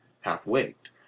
half-waked